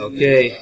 Okay